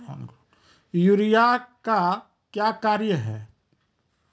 Urea का क्या कार्य हैं?